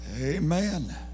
Amen